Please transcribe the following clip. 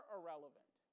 Irrelevant